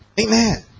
Amen